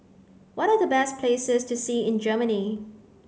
what are the best places to see in Germany